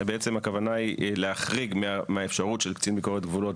פה הכוונה היא להחריג מהאפשרות של קצין ביקורת גבולות